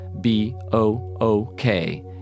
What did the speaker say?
B-O-O-K